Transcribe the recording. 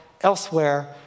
elsewhere